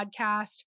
podcast